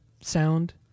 sound